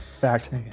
fact